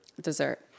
Dessert